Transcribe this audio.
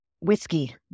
whiskey